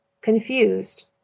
Confused